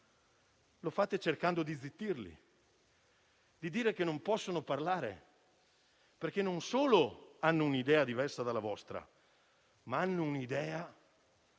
lo fate cercando di zittirli, dicendogli che non possono parlare perché, non solo hanno un'idea diversa dalla vostra, ma hanno un'idea che